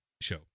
show